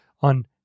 on